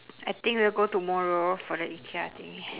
I think we'll go tomorrow for the ikea thing